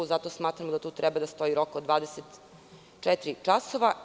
Zato smatramo da tu treba da stoji rok od 24 časa.